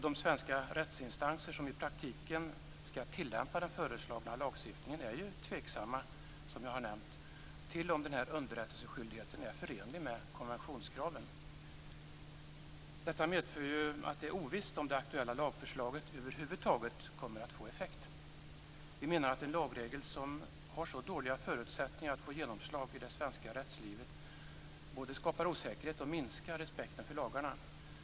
De svenska rättsinstanser som i praktiken skall tillämpa den föreslagna lagstiftningen är ju tveksamma, som jag har nämnt, till om den här underrättelseskyldigheten är förenlig med konventionskraven. Detta medför att det är ovisst om det aktuella lagförslaget över huvud taget kommer att få effekt. Vi menar att en lagregel som har så dåliga förutsättningar att få genomslag i det svenska rättslivet både skapar osäkerhet och minskar respekten för lagarna.